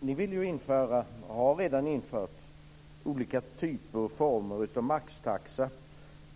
Ni vill ju införa, och har redan infört, olika typer och former av maxtaxa.